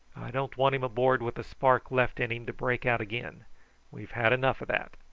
don't want him aboard with a spark left in him to break out again we've had enough of that.